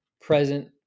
present